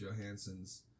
Johansson's